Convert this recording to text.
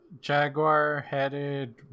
Jaguar-headed